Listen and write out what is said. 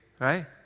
Right